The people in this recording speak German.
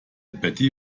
betty